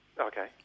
Okay